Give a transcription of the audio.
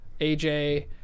AJ